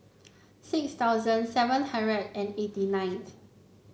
six thousand seven hundred and eighty ninth